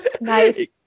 Nice